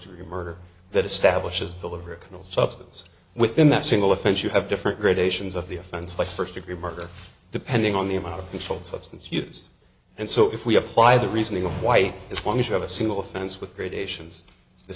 degree murder that establishes deliverables substance within that single offense you have different gradations of the offense like first degree murder depending on the amount of controlled substance used and so if we apply the reasoning of white is when you have a single offense with gradations the